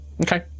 okay